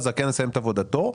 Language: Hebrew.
הזכיין יסיים את עבודתו.